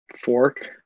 fork